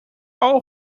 all